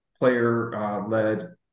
player-led